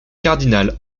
cardinal